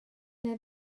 neu